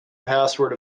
password